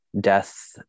Death